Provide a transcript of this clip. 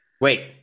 wait